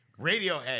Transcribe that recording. Radiohead